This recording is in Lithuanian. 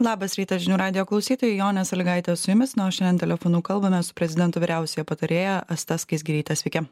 labas rytas žinių radijo klausytojai jonė salygaitė su jumis na o šian telefonu kalbame su prezidento vyriausiąja patarėja asta skaisgiryte sveiki